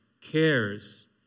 cares